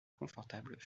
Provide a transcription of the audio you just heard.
confortable